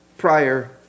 Prior